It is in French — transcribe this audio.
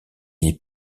des